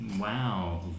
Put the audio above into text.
Wow